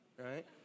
right